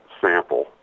sample